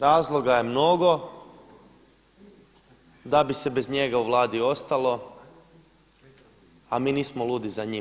Razloga je mnogo da bi se bez njega u Vladi ostalo, a mi nismo ludi za njim.